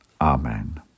Amen